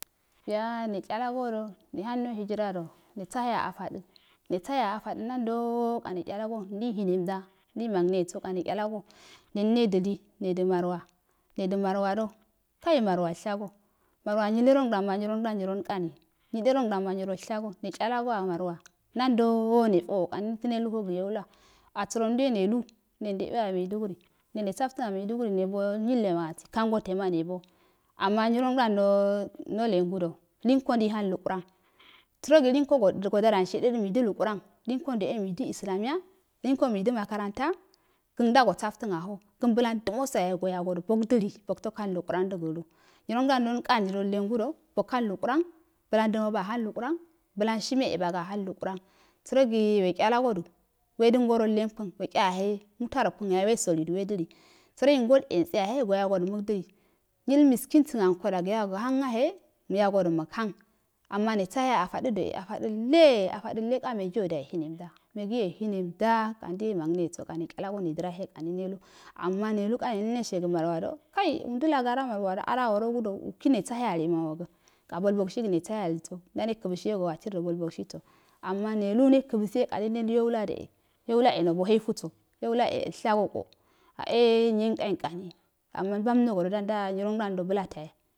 Biya ne chalagodo ne hando hiyirado. nesahe a afado nesahe a alada nado ka na tcha laso ndei hanernda ndei mang neyoso ka ne tchalago netu nedili neda marwa neda marwa kai maiwal shago marwa nyiile ronged ana nyirolkari nyilere ndam nyiwol shago netechade goo a marwa nando de foo ka nefele nenulgo ga youa asaro ndue nelu ne ndouwa a maiduguri nelu ne salfton a maiduguri nebu nyilleman kangote ma nebo ama nyirongdan no nolengudo linko ndai nang lukuram sarogi go dadansheda dimda lukhram linko ndeuwe midi islam ina linko mudə makaranta alən ndagə bafton a no gən blan duma yahe go bagodo bog dili goətog hang lukuran dogolu nyrougda nəlnkani rollengudo bog hang lukuran lukuran blelanshimel bogo a hang lukuran sərosi we tchalaso du wedəngoroll enkun wetchanyahe mularronkun yahe we solido wedili sarogi ngol etseyahe goyagodo mudili nyilmukie sən anko dagogi hang yahe muyagode muham ama ne sahe a afadə do e afadəalle afadəlle ka megiyoda hune mda megiye yehunemdas ka nduwe ya momgneyoso ka ne ichalago ne drahe ka nduwe nelu ama nelu ka nelu neshegə marwad kai ndəla gara marwade a da worogodo ukigi nebahe alima wagə ka bolbogsigi nobalie aliso nndane kəfəsihe so. walirdo bolbogiso ka nelu youlado yaula. e nabo heiifuso yaula e alshago ko a a nyimkai nkani amalmabanenogodo danda nyirongdon bulateye,